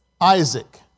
Isaac